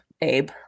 Abe